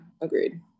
agreed